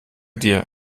dir